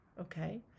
Okay